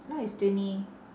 now is twenty